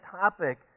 topic